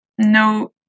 no